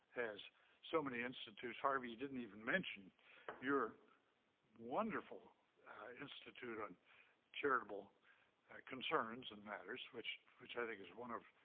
has so many institutes. harvey, you didn't even mention your wonderful institute on charitable concerns and matters, which which i think is one of,